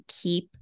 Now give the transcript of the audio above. keep